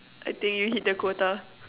I think you hit the quota